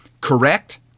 correct